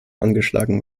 angeschlagen